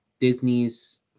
disney's